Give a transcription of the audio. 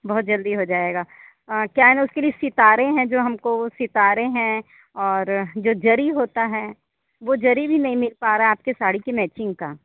बहुत जल्दी हो जाएगा क्या है न उसके सितारे हैं जो हमको और जो जरी होता है वह जरी भी नहीं मिल पा रहा है आपकी साड़ी की मैचिंग का